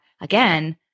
again